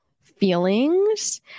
feelings